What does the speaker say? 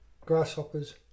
Grasshoppers